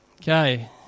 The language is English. Okay